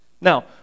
Now